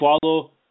follow